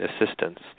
assistance